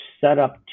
setup